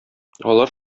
алар